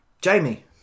Jamie